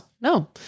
no